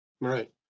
right